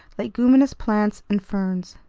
leguminous plants, and ferns.